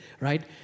right